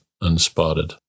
unspotted